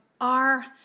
are